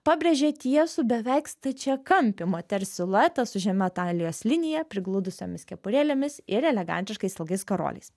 pabrėžė tiesų beveik stačiakampį moters siluetą su žema talijos linija prigludusiomis kepurėlėmis ir elegantiškais ilgais karoliais